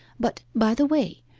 but, by the way,